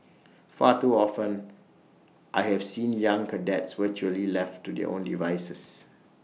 far too often I have seen young cadets virtually left to their own devices